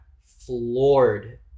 floored